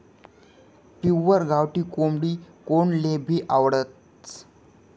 pure गावठी कोंबडी कोनलेभी आवडस